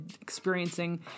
experiencing